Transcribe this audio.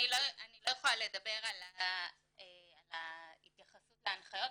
אני לא יכולה לדבר על ההתייחסות להנחיות,